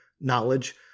knowledge